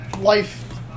life